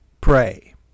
pray